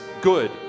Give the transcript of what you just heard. good